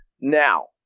Now